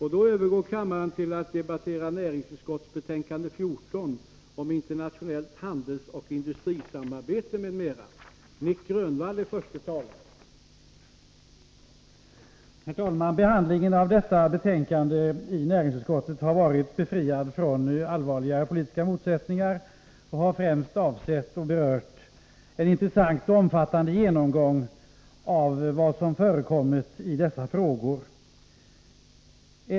Herr talman! Behandlingen av detta betänkande i näringsutskottet har varit befriad från allvarligare politiska motsättningar och har främst berört en intressant och omfattande genomgång av vad som förekommit i dessa frågor.